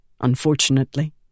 unfortunately